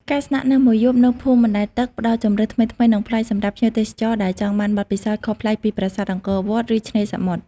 ការស្នាក់នៅមួយយប់នៅភូមិបណ្ដែតទឹកផ្ដល់ជម្រើសថ្មីៗ និងប្លែកសម្រាប់ភ្ញៀវទេសចរដែលចង់បានបទពិសោធន៍ខុសប្លែកពីប្រាសាទអង្គរវត្ត ឬឆ្នេរសមុទ្រ។